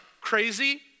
crazy